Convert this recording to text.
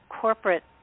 corporate